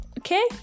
Okay